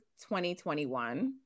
2021